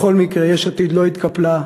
בכל מקרה, יש עתיד לא התקפלה,